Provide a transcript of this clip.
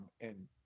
And-